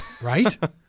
Right